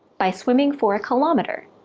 by swimming for a kilometre,